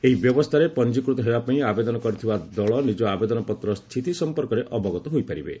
ଏହି ବ୍ୟବସ୍ଥାରେ ପଞ୍ଜିକୃତ ହେବାପାଇଁ ଆବେଦନ କରିଥିବା ଦଳ ନିଜ ଆବେଦନ ପତ୍ରର ସ୍ଥିତି ସମ୍ପର୍କରେ ଅବଗତ ହୋଇପାରିବେ